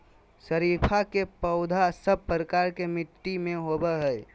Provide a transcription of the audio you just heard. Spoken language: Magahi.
शरीफा के पौधा सब प्रकार के मिट्टी में होवअ हई